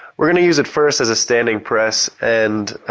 we are going to use it first as a standing press. and